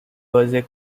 was